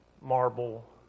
marble